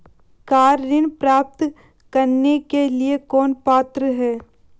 Car ऋण प्राप्त करने के लिए कौन पात्र है?